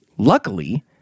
Luckily